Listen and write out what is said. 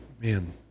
Man